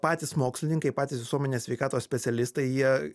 patys mokslininkai patys visuomenės sveikatos specialistai jie